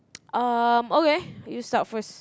um okay you start first